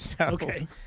okay